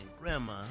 Grandma